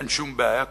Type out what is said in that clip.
שאין שום בעיה כזאת.